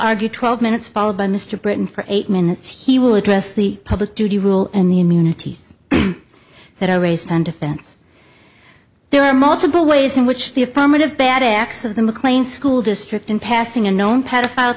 argue twelve minutes followed by mr burton for eight minutes he will address the public duty rule and the immunity that i waste on defense there are multiple ways in which the affirmative bad acts of the mclean school district in passing a known pedophile